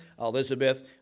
Elizabeth